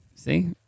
See